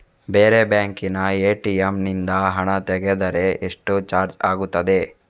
ಬೇರೆ ಬ್ಯಾಂಕಿನ ಎ.ಟಿ.ಎಂ ನಿಂದ ಹಣ ತೆಗೆದರೆ ಎಷ್ಟು ಚಾರ್ಜ್ ಆಗುತ್ತದೆ?